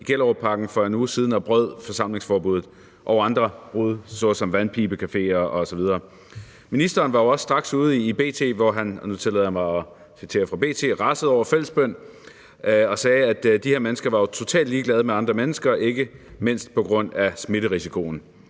i Gellerupparken for en uge siden og brød forsamlingsforbuddet. Og så har der været andre brud på vandpibecafeer osv. Ministeren var jo også straks ude i B.T., hvor han rasede over fællesbøn og sagde, at de her mennesker jo var totalt ligeglade med andre mennesker, ikke mindst på grund af smitterisikoen.